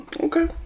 Okay